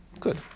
Good